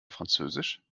französisch